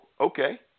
okay